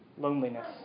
Loneliness